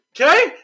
Okay